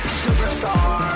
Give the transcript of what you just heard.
superstar